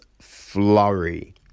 Flurry